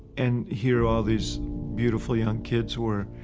and here are all these beautiful, young kids who were,